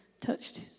touched